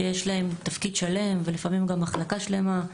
שיש להן תפקיד שלם ולפעמים גם מחלקה שלמה,